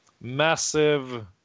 massive